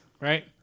right